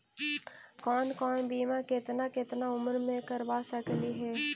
कौन कौन बिमा केतना केतना उम्र मे करबा सकली हे?